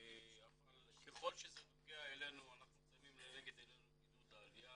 אבל ככל שזה נוגע אלינו אנחנו שמים לנגד עינינו את עידוד העלייה